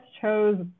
chose